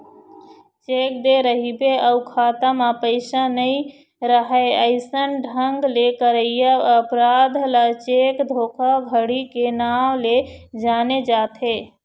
cheque दे रहिबे अउ खाता म पइसा नइ राहय अइसन ढंग ले करइया अपराध ल चेक धोखाघड़ी के नांव ले जाने जाथे